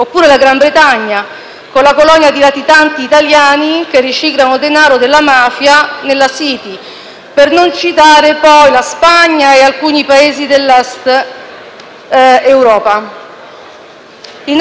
oppure la Gran Bretagna, con la colonia di latitanti italiani che riciclano denaro della mafia nella *City*, per non citare la Spagna o alcuni Paesi dell'Est Europa.